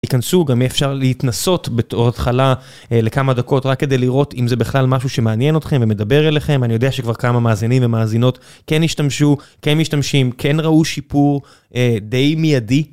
יכנסו, גם יהיה אפשר להתנסות בתור התחלה לכמה דקות, רק כדי לראות אם זה בכלל משהו שמעניין אותכם ומדבר אליכם. אני יודע שכבר כמה מאזינים ומאזינות כן השתמשו, כן משתמשים, כן ראו שיפור די מיידי.